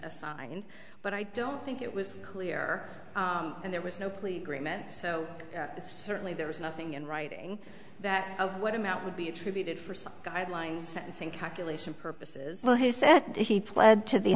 assigned but i don't think it was clear and there was no plea agreement so certainly there was nothing in writing that of what amount would be attributed for some guidelines sentencing calculation purposes well he said he pled to the